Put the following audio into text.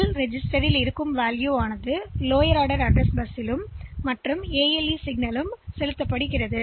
L ரெஜிஸ்டர்மதிப்பு lower order முகவரி பஸ்ஸில் வைக்கப்படுகிறது மேலும் ALE சிக்னல் வழங்கப்படுகிறது